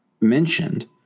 mentioned